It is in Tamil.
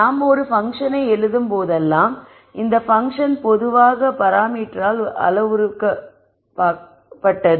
நாம் ஒரு பங்க்ஷனை எழுதும்போதெல்லாம் இந்த பன்க்ஷன் பொதுவாக பராமீட்டரால் அளவுருவாக்கப்பட்டது